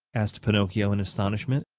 asked pinocchio in astonishment.